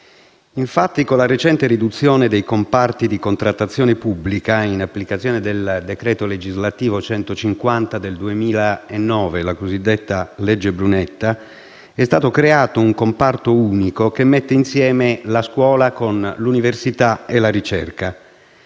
Infatti, con la recente riduzione dei comparti di contrattazione pubblica, in applicazione del decreto legislativo n. 150 del 2009, la cosiddetta legge Brunetta, è stato creato un comparto unico, che mette insieme la scuola con l'università e la ricerca.